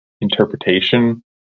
interpretation